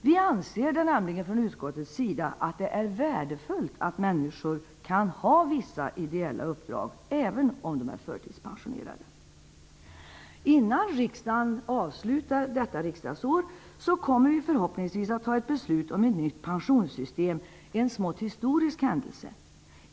Vi anser nämligen att det är värdefullt att människor kan ha vissa ideella uppdrag även om de är förtidspensionerade. Innan riksdagen avslutar detta riksdagsår kommer vi förhoppningsvis att fatta beslut om ett nytt pensionssystem -- en smått historisk händelse.